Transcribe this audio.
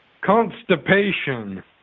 constipation